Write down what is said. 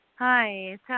Hi